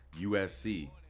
USC